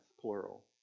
plural